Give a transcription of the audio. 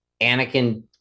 Anakin